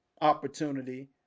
opportunity